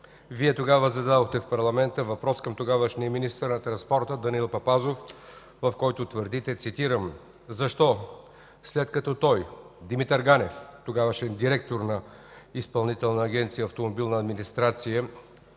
Вие тогава зададохте в парламента въпрос към тогавашния министър на транспорта Данаил Папазов, в който твърдите, цитирам: „Защо след като той – Димитър Ганев, тогавашен директор на Изпълнителна агенция „Автомобилна администрация“